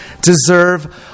deserve